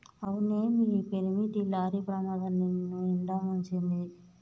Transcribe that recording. అవునే మీ పెనిమిటి లారీ ప్రమాదం నిన్నునిండా ముంచింది